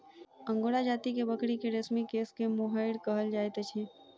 angora जाति के बकरी के रेशमी केश के मोहैर कहल जाइत अछि